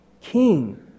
King